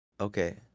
Okay